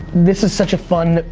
this is such a fun,